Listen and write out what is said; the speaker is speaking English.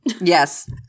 yes